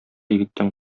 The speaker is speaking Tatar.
егеттән